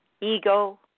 Ego